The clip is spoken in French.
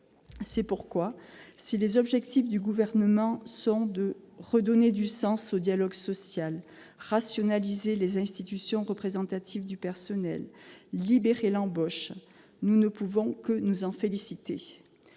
ces conditions, si les objectifs du Gouvernement sont de redonner du sens au dialogue social, de rationaliser les institutions représentatives du personnel, de libérer l'embauche, nous ne pouvons que nous en féliciter